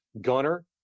gunner